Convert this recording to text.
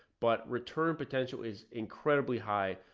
but return potential is incredibly high. ah,